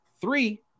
three